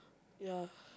ya